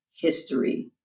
history